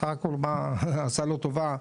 בסך הכול עשה לו טובה,